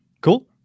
Cool